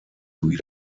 sowie